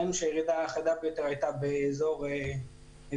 ראינו שהירידה החדה ביותר הייתה באזור חיפה,